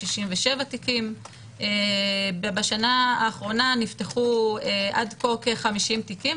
67 תיקים; ובשנה האחרונה נפתחו עד כה כ-50 תיקים,